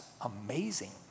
amazing